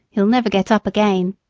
he'll never get up again.